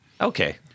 Okay